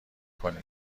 کنی